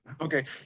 Okay